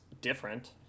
different